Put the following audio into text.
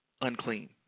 unclean